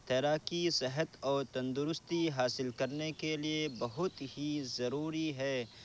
تیراکی صحت اور تندرستی حاصل کرنے کے لیے بہت ہی ضروری ہے